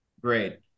great